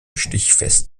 stichfest